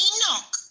Enoch